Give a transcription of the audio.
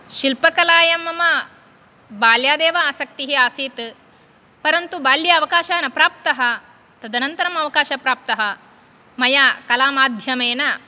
शिल्पकलायां मम बाल्यादेव आसक्तिः आसीत् परन्तु बाल्ये अवकाशः न प्राप्तः तदनन्तरम् अवकाशः प्राप्तः मया कलामाध्यमेन